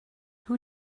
who